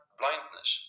blindness